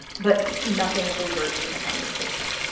but nothing overt in the conversation.